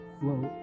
float